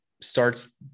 starts